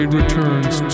returns